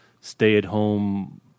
stay-at-home